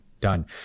done